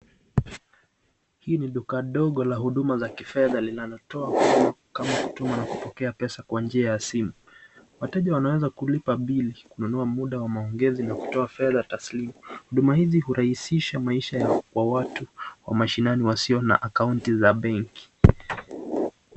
Hii ni duka dogo la huduma za kifedha linalotoa kama mtu amepokea pesa kwa njia ya simu. Wateja wanaeza kulipa bili kununua muda wa maongezi na kutoa fedha taslimu huduma hii hurahisisha maisha ya watu wa mashinani wasio na akaunti ya benki.